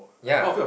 ya